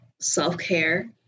self-care